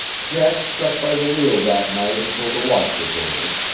jack stuck by the wheel that night until the watch was over.